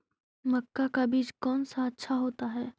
मक्का का बीज कौन सा अच्छा होता है?